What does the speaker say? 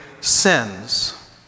sins